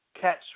catch